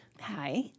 Hi